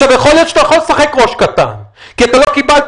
יכול להיות שאתה יכול לשחק ראש קטן כי אתה לא קיבלת